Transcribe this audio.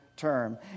term